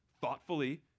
thoughtfully